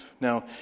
Now